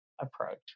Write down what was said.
approach